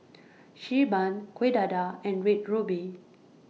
Xi Ban Kueh Dadar and Red Ruby